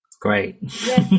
great